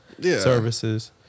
services